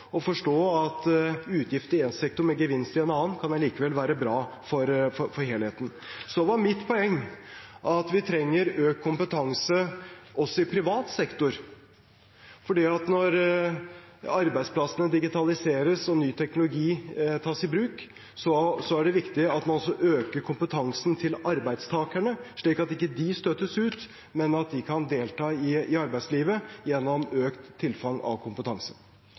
selv forstå hva digitalisering innebærer av endring av arbeidsprosesser, og forstå at utgifter i en sektor, men gevinst i en annen, likevel kan være bra for helheten. Mitt poeng er at vi trenger økt kompetanse også i privat sektor, for når arbeidsplassene digitaliseres og ny teknologi tas i bruk, er det viktig at man også øker kompetansen til arbeidstakerne, slik at ikke de støtes ut, men kan delta i arbeidslivet gjennom økt tilfang av kompetanse.